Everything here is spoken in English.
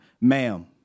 ma'am